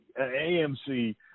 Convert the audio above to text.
AMC